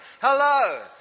Hello